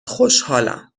خوشحالم